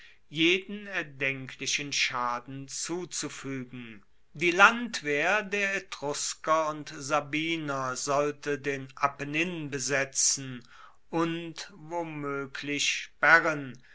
jeden erdenklichen schaden zuzufuegen die landwehr der etrusker und sabiner sollte den apennin besetzen und womoeglich sperren